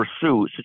pursue